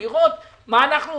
ולראות מה אנחנו עושים,